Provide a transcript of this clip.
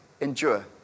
endure